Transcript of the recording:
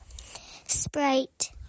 Sprite